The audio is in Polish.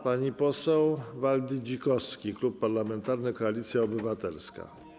Pan poseł Waldy Dzikowski, Klub Parlamentarny Koalicja Obywatelska.